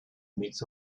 mix